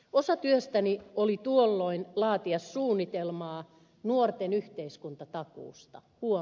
osa työstäni oli tuolloin laatia suunnitelmaa nuorten yhteiskuntatakuusta huom